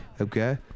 Okay